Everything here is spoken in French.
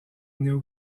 néo